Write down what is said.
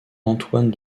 antoine